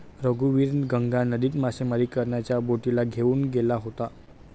रघुवीर गंगा नदीत मासेमारी करणाऱ्या बोटीला घेऊन गेला होता